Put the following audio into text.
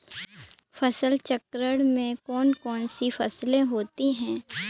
फसल चक्रण में कौन कौन सी फसलें होती हैं?